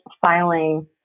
filing